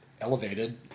elevated